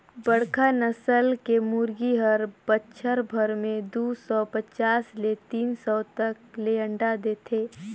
बड़खा नसल के मुरगी हर बच्छर भर में दू सौ पचास ले तीन सौ तक ले अंडा देथे